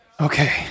Okay